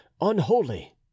unholy